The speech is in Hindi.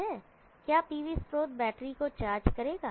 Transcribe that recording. क्या pv स्रोत बैटरी को चार्ज करेगा